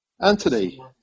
Anthony